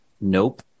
Nope